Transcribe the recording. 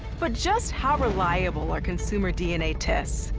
but just how reliable are consumer dna tests,